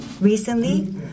Recently